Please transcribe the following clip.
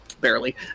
Barely